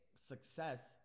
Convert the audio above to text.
success